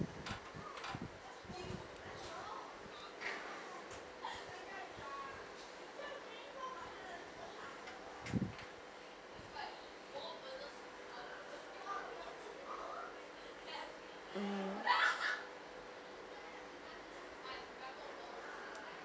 mm